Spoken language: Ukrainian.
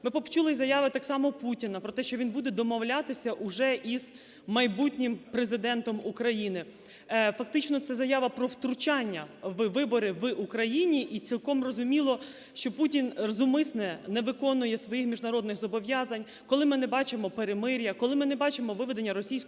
Ми почули заяви так само Путіна про те, що він буде домовлятися уже із майбутнім Президентом України. Фактично це заява про втручання в вибори в Україні, і цілком зрозуміло, що Путін зумисне не виконує своїх міжнародних зобов'язань, коли ми не бачимо перемир'я, коли ми не бачимо виведення російської